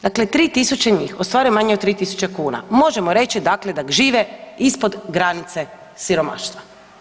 Dakle, 3000 njih ostvaruje manje od 3.000 kuna možemo reći dakle da žive ispod granice siromaštva.